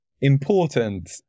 important